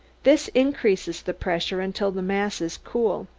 this increases the pressure until the mass is cool.